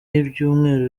y’ibyumweru